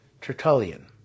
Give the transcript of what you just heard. Tertullian